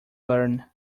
learn